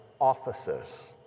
offices